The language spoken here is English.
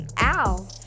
ow